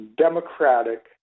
democratic